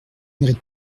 mérites